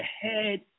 head